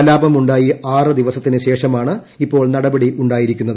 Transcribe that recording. കലാപം ഉണ്ടായി ആറ് ദിവസത്തിന് ശേഷമാണ് ഇപ്പോൾ നടപടി ഉണ്ടായിരിക്കുന്നത്